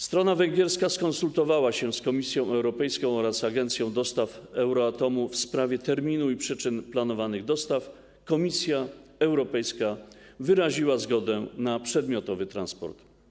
Strona węgierska skonsultowała się z Komisją Europejską oraz Agencją Dostaw Euratomu w sprawie terminu i przyczyn planowanych dostaw i Komisja Europejska wyraziła zgodę na przedmiotowy transport.